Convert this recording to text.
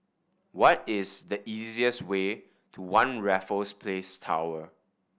what is the easiest way to One Raffles Place Tower